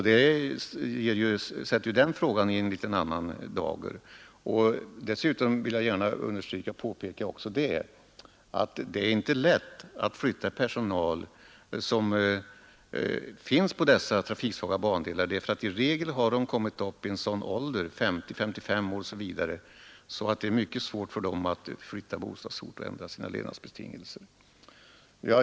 Det ställer denna fråga i en något annorlunda dager. Dessutom vill jag påpeka att det inte är lätt att flytta personal som finns på de trafiksvaga bandelarna. I regel har dessa personer kommit upp i en sådan ålder — 50, 55 år och mer — att det är mycket svårt för dem att byta bostadsort och ändra sina levnadsbetingelser.